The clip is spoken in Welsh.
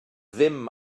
ddim